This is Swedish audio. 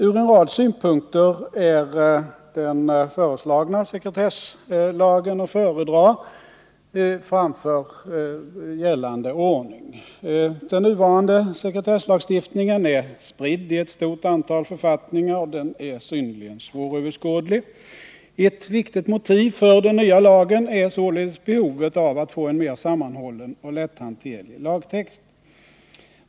Ur en rad synpunkter är den föreslagna sekretesslagen att föredra framför gällande ordning. Den nuvarande sekretesslagstiftningen är spridd i ett stort antal författningar, och den är synnerligen svåröverskådlig. Ett viktigt motiv för den nya lagen är således behovet av att få en mera sammanhållen och lätthanterlig lagtext.